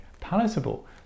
palatable